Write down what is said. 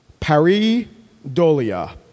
paridolia